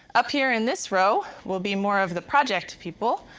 up here in this row will be more of the project people,